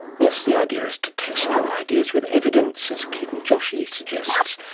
yes, the idea is to test your ideas with evidence, as ketan joshi suggests.